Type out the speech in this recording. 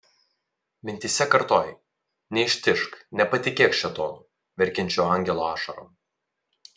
mintyse kartojai neištižk nepatikėk šėtonu verkiančiu angelo ašarom